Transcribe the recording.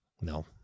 no